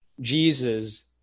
Jesus